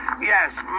Yes